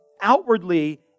outwardly